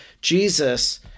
Jesus